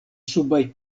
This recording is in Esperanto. subaj